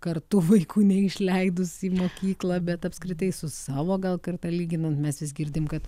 kartu vaikų neišleidus į mokyklą bet apskritai su savo gal karta lyginant mes girdim kad